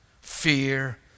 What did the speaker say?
fear